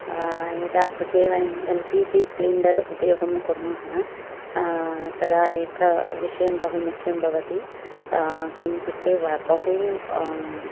यदा गृहे वयं एल् पि जि सिलेण्डर् उपयोगं कुर्म तदा एक विषयं बहुमुख्यं भवति किमित्युक्ते बहु